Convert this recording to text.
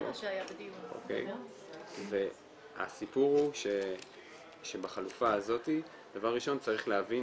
זה מה שהיה בדיון -- והסיפור הוא שבחלופה הזאת דבר ראשון צריך להבין